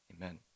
amen